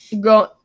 Go